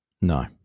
No